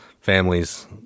families